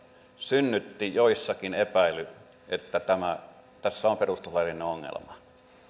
synnytti joissakin epäilyn että tässä on perustuslaillinen ongelma